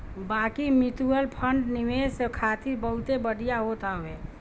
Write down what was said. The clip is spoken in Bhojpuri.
बाकी मितुअल फंड निवेश खातिर बहुते बढ़िया होत हवे